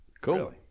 Cool